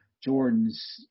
Jordan's